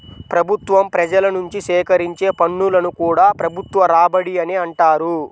ప్రభుత్వం ప్రజల నుంచి సేకరించే పన్నులను కూడా ప్రభుత్వ రాబడి అనే అంటారు